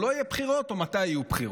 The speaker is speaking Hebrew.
לא יהיו בחירות או מתי יהיו בחירות.